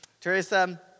Teresa